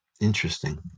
Interesting